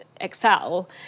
Excel